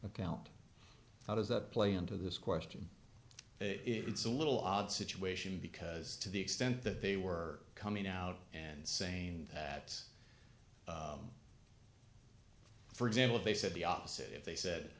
account how does that play into this question it's a little odd situation because to the extent that they were coming out and saying that for example they said the opposite if they said